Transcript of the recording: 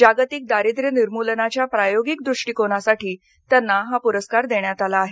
जागतिक दारिद्र्य निर्मुलनाच्या प्रायोगिक दृष्टिकोनासाठी त्यांना हा पुरस्कार देण्यात आला आहे